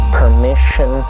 permission